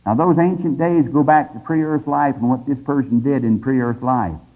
ah those ancient days go back to pre-earth life and what this person did in pre-earth life.